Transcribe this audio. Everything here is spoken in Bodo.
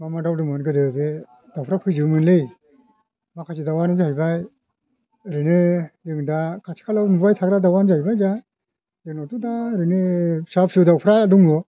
मा मा दाउ दंमोन गोदो बे दाउफ्रा फैजोबोमोनलै माखासे दाउआनो जाहैबाय ओरैनो जों दा खाथि खालायाव नुबाय थाग्रा दाउआनो जाहैबाय दा जोंनावथ' दा ओरैनो फिसा फिसौ दाउफ्रा दङ